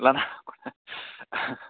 लानो हागौ दां